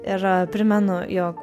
ir primenu jog